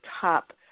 top